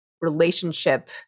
relationship